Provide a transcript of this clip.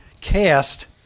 cast